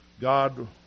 God